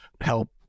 help